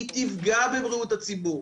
היא תפגע בבריאות הציבור.